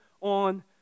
on